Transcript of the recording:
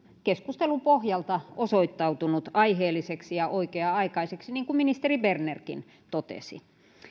keskustelun pohjalta osoittautunut aiheelliseksi ja oikea aikaiseksi niin kuin ministeri bernerkin totesi